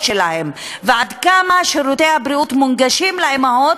שלהם ועד כמה שירותי הבריאות מונגשים לאימהות,